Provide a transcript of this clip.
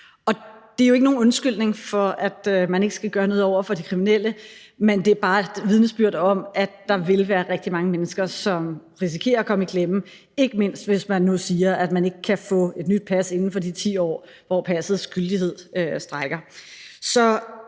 Det er jo ikke nogen undskyldning for, at man ikke skal gøre noget over for de kriminelle, men det er bare et vidnesbyrd om, at der vil være rigtig mange mennesker, som risikerer at komme i klemme, ikke mindst hvis man nu siger, at man ikke kan få et nyt pas inden for de 10 år, som passets gyldighed strækker